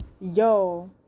yo